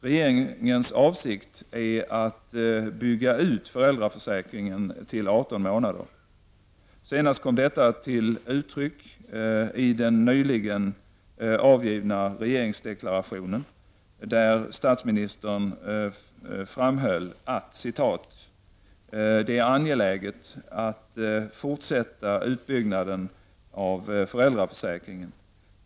Regeringens avsikt är att bygga ut föräldraförsäkringen till 18 månader. Senast kom detta till uttryck i den nyligen avgivna regeringsförklaringen, där statsministern framhöll: ''Det är angeläget att fortsätta utbyggnaden av föräldraförsäkringen.